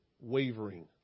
wavering